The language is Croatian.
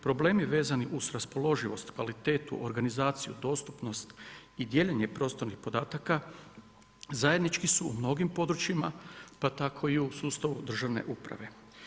Problem je vezan uz raspoloživost, kvalitetu, organizaciju, dostupnost i dijeljenje prostornih podataka, zajednički su u mnogim područjima pa to i u sustavu državne uprave.